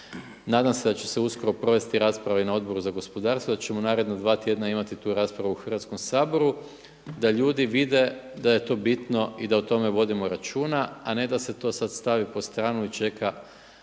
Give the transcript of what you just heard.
nadam se da će se uskoro provesti rasprava i na Odboru za gospodarstvo, da ćemo u narednih 2 tjedna imati tu raspravu u Hrvatskom saboru da ljudi vide da je to bitno i da o tome vodimo računa a ne da se to sad stavi po stranu i čeka